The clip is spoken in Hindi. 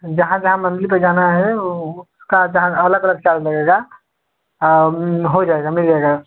जहाँ जहाँ मंदिर पर जाना है वह उसका जहाँ अलग अलग चार्ज लगेगा हाँ हो जाएगा मिल जाएगा